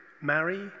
marry